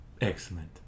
Excellent